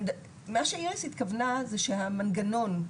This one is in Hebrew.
מה שאיריס התכוונה זה שהמנגנון,